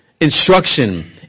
instruction